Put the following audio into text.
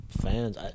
fans